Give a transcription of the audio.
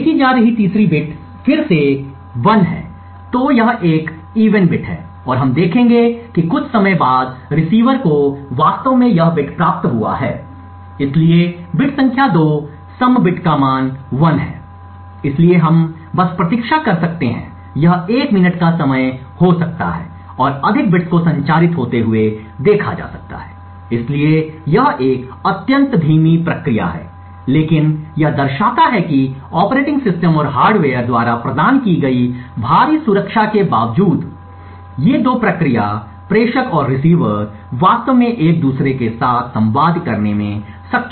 भेजा जा रहा है तीसरी बिट फिर से 1 है तो यह एक सम बिट है और हम देखेंगे कि कुछ समय बाद रिसीवर को वास्तव में यह बिट प्राप्त हुआ है इसलिए बिट संख्या 2 सम बिट का मान 1 है इसलिए हम बस प्रतीक्षा कर सकते हैं यह एक मिनट का समय हो सकता है और अधिक बिट्स को संचारित होते हुए देखा जा सकता है इसलिए यह एक अत्यंत धीमी प्रक्रिया है लेकिन यह दर्शाता है कि ऑपरेटिंग सिस्टम और हार्डवेयर द्वारा प्रदान की गई भारी सुरक्षा के बावजूद ये 2 प्रक्रिया प्रेषक और रिसीवर वास्तव में एक दूसरे के साथ संवाद करने में सक्षम हैं